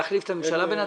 להחליף את הממשלה בינתיים?